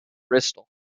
bristol